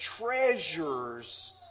treasures